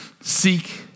seek